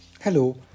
Hello